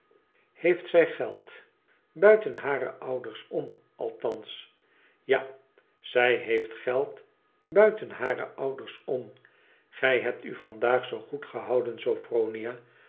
heeft zij geld buiten hare ouders oni althans ja zij heeft geld buiten hare ouders om gij hebt u vandaag zoo goed gehouden